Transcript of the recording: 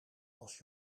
als